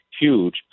huge